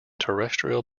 terrestrial